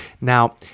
Now